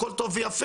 הכול טוב ויפה.